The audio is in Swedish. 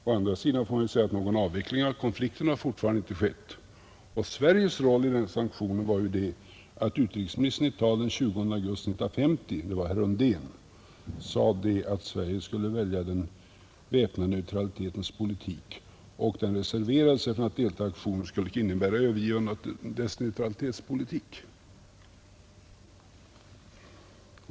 Å andra sidan får man ju säga att någon avveckling av konflikten ännu inte har skett. Sveriges roll i den sanktionen var den, att utrikesministern — det var herr Undén — i ett tal den 20 augusti 1950 sade att om Koreakriget övergick till stormaktskrig skulle Sverige välja den väpnade neutralitetens politik och att Sverige reserverade sig för att delta i aktioner som skulle innebära ett övergivande av dess neutralitetspolitik.